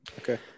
Okay